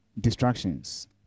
Distractions